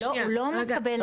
הוא לא מקבל,